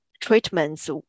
treatments